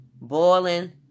boiling